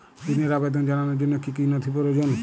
ঋনের আবেদন জানানোর জন্য কী কী নথি প্রয়োজন?